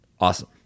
Awesome